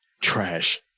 Trash